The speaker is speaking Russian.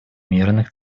мирных